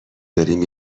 داریم